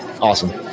awesome